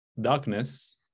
darkness